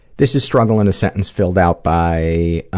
this is struggle in a sentence filled out by a